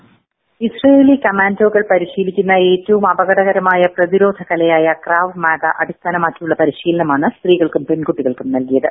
voice Israeli കമാൻഡോകൾ പരിശീലിക്കുന്ന ഏറ്റവും അപകടകരമായ പ്രതിരോധ കലയായ ക്രാവ് മാഗ അടിസ്ഥാനമാക്കിയുള്ള പരിശീലനമാണ് സ്തീകൾക്കും പെൺകുട്ടികൾക്കും നൽകിയത്